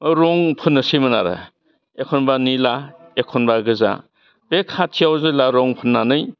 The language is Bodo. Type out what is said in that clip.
रं फोननोसैमोन आरो एखनबा निला एखनबा गोजा बे खाथियाव जेला रं फोन्नानै